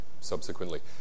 subsequently